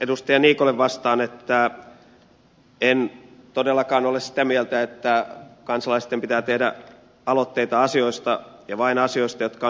edustaja niikolle vastaan että en todellakaan ole sitä mieltä että kansalaisten pitää tehdä aloitteita asioista ja vain asioista jotka ovat hallitusohjelmassa